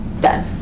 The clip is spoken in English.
done